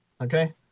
Okay